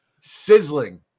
Sizzling